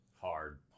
hard